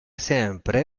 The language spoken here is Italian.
sempre